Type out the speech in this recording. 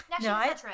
no